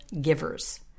givers